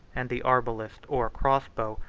and the arbalist or crossbow,